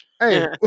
Hey